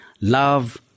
love